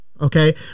Okay